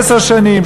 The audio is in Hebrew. עשר שנים,